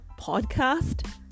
podcast